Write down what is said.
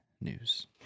news